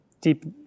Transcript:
deep